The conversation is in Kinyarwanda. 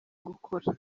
gukora